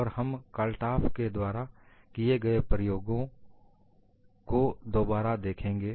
और हम काल्टाफ के द्वारा किए गए प्रयोग को दोबारा देखेंगे